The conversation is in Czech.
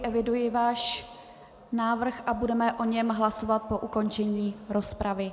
Eviduji váš návrh a budeme o něm hlasovat po ukončení rozpravy.